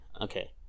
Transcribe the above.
Okay